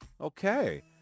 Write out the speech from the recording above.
okay